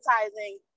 advertising